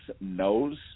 knows